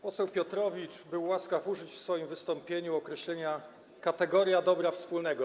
Poseł Piotrowicz był łaskaw użyć w swoim wystąpieniu określenia: kategoria dobra wspólnego.